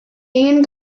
ingin